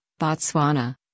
Botswana